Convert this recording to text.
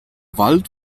wald